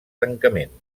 tancament